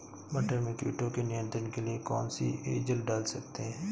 मटर में कीटों के नियंत्रण के लिए कौन सी एजल डाल सकते हैं?